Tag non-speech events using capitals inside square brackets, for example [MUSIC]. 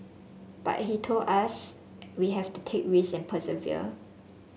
but [UNINTELLIGIBLE] told us we have to take risk and persevere